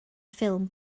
ffilm